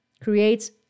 creates